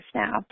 now